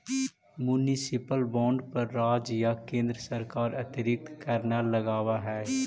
municipal bond पर राज्य या केन्द्र सरकार अतिरिक्त कर न लगावऽ हइ